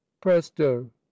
presto